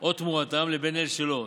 או תמורתם לבין אלו שלא.